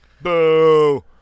Boo